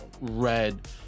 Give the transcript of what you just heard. red